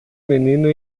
menino